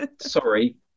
sorry